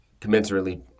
commensurately